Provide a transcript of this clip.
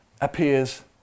appears